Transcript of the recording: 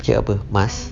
check apa mask